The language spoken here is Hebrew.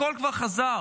הכול כבר חזר.